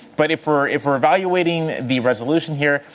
but if we're if we're evaluating the resolution here,